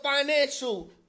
financial